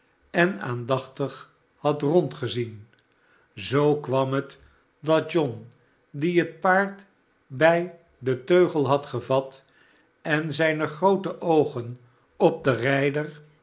en aandachtig had rondgezien zoo kwam het dat john die het paard bij den teugel had gevat en zijne groote oogen op den rijder